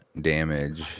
damage